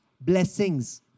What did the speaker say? Blessings